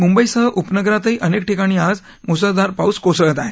मुंबईसह उपनगरातही अनेक ठिकाणी आज मुसळधार पाऊस कोसळत आहे